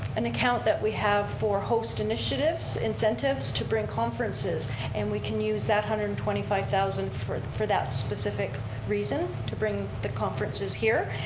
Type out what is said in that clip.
an account that we have for host initiatives, incentives, to bring conferences and we can use that one hundred and twenty five thousand for for that specific reason, to bring the conferences here.